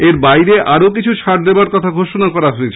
এই পর্যায়ে আরও কিছু ছাড় দেওয়ার কথা ঘোষণা করা হয়েছে